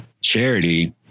charity